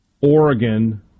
Oregon